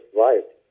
life